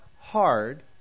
hard